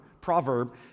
proverb